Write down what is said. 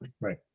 right